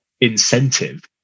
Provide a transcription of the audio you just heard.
incentive